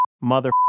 mother